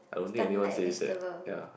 stun like vegetable